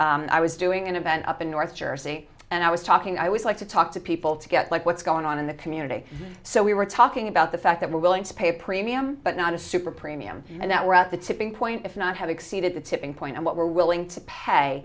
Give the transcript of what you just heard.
week i was doing an event up in north jersey and i was talking i was like talk to people to get like what's going on in the community so we were talking about the fact that we're willing to pay a premium but not a super premium and that we're at the tipping point if not have exceeded the tipping point of what we're willing to pay